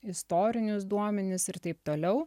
istorinius duomenis ir taip toliau